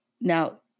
Now